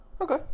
okay